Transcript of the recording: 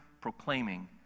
proclaiming